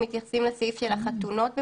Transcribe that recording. לבי גם עם אלה שמתחתנים אחרי 9 ביולי,